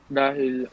dahil